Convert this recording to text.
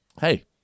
Hey